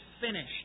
finished